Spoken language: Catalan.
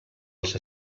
els